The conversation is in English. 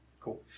Cool